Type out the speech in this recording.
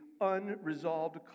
unresolved